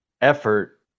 effort